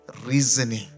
reasoning